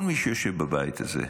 כל מי שיושב בבית הזה,